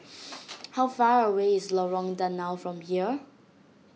how far away is Lorong Danau from here